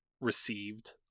received